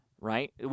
right